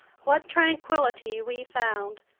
what tranquility we found,